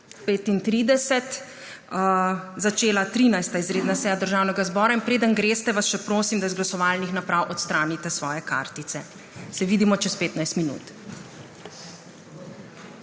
16.35, začela 13. izredna seja Državnega zbora. Preden greste, vas še prosim, da iz glasovalnih naprav odstranite svoje kartice. Se vidimo čez 15 minut.